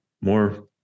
more